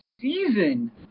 season